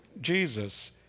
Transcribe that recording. Jesus